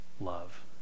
love